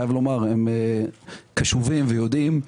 הם קשובים ויודעים.